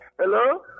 Hello